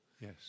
yes